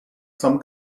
some